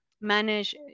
manage